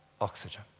oxygen